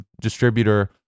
distributor